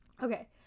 okay